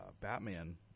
Batman